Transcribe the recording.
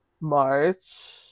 March